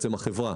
החברה,